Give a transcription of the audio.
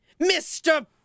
Mr